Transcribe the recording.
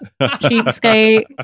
Cheapskate